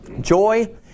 Joy